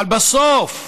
אבל, בסוף,